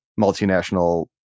multinational